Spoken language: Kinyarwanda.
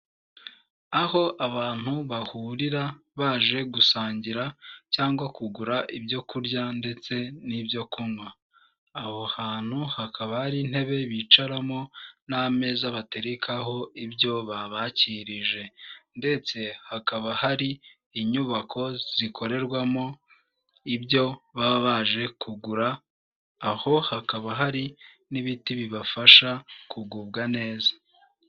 Aho abantu bahurira baje gusangira, cyangwa kugura ibyo kurya ndetse n'ibyo kunywa. Aho hantu hakaba hari intebe bicaramo n'ameza baterekaho ibyo babakirije. Ndetse hakaba hari inyubako zikorerwamo ibyo baba baje kugura, aho hakaba hari n'ibiti bibafasha kugubwa neza.